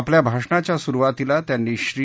आपल्या भाषणाच्या सुरुवातीला त्यांनी श्री